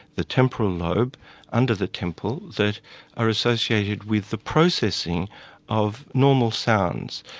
the temporal lobe under the temple that are associated with the processing of normal sounds.